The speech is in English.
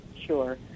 Sure